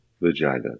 vagina